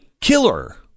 killer